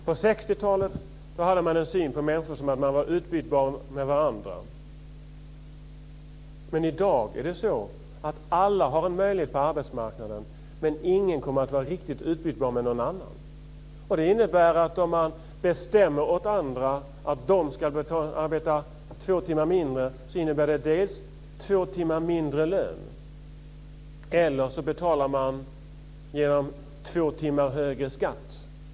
På 60-talet hade man en syn på människor som innebar att de var utbytbara mot varandra. Men i dag har alla en möjlighet på arbetsmarknaden, men ingen kommer att vara riktigt utbytbar mot någon annan. Om man bestämmer åt andra att de ska arbeta två timmar mindre, innebär det två timmar mindre lön eller att man betalar genom två timmar högre skatt.